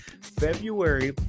February